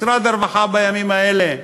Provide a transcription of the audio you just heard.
משרד הרווחה בימים האלה,